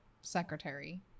secretary